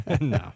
No